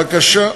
בבקשה.